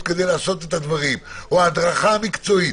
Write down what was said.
כדי לעשות את הדברים או הדרכה מקצועית